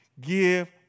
give